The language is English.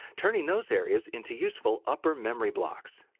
turning those areas into useful upper memory blocks.